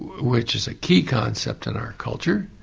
which is a key concept in our culture,